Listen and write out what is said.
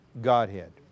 Godhead